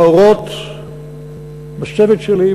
האורות אצל הצוות שלי,